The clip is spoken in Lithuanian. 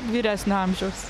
vyresnio amžiaus